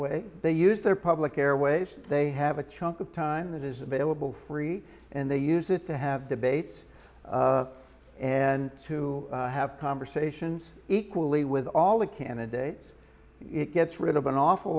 way they use their public airwaves they have a chunk of time that is available free and they use it to have debates and to have conversations equally with all the candidates it gets rid of an awful